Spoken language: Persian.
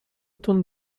تون